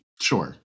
Sure